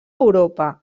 europa